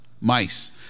Mice